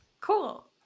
Cool